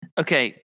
Okay